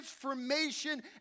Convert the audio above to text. transformation